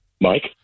Mike